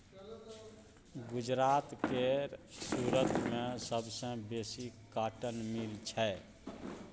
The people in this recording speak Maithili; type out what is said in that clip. गुजरात केर सुरत मे सबसँ बेसी कॉटन मिल छै